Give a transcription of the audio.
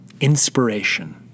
inspiration